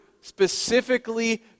specifically